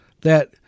that-